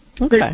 Okay